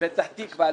פתח תקווה,